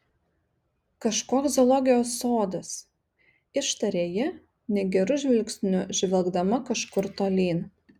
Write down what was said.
kažkoks zoologijos sodas ištarė ji negeru žvilgsniu žvelgdama kažkur tolyn